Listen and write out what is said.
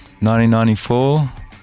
1994